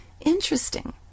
Interesting